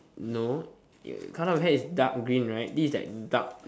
no uh colour of the hair is dark green right this is like dark